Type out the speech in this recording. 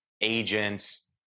agents